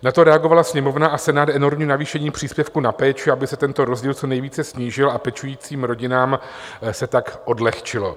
Na to reagovala Sněmovna a Senát enormním navýšením příspěvku na péči, aby se tento rozdíl co nejvíce snížil, a pečujícím rodinám se tak odlehčilo.